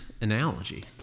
analogy